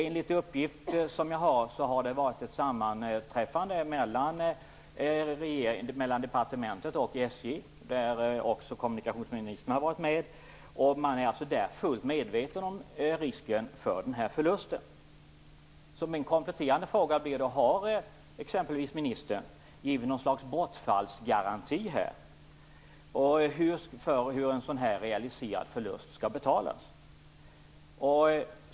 Enligt uppgift har det skett ett sammanträffande mellan departementet och SJ där också kommunikationsministern var med, och man är alltså där fullt medveten om risken för den här förlusten. Min kompletterande fråga blir då: Har exempelvis ministern här givit något slags bortfallsgaranti när det gäller hur en sådan här realiserad förlust skall betalas?